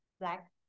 black